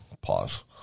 pause